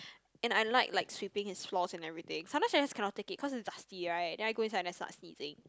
and I like like sweeping his floors and everything sometimes I just cannot take it cause is dusty right then I go inside then I start sneezing